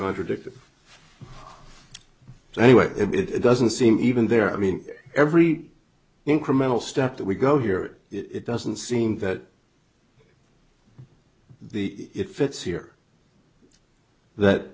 contradicted anyway it doesn't seem even there i mean every incremental step that we go here it doesn't seem that the it fits here that